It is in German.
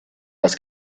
das